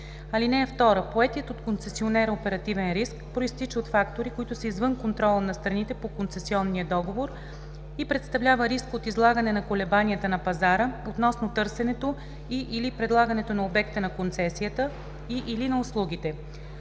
(2) Поетият от концесионера оперативен риск произтича от фактори, които са извън контрола на страните по концесионния договор и представлява риск от излагане на колебанията на пазара относно търсенето и/или предлагането на обекта на концесията и/или на услугите.